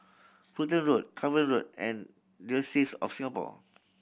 Fulton Road Cavan Road and Diocese of Singapore